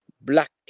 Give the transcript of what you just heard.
black